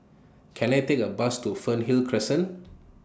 Can I Take A Bus to Fernhill Crescent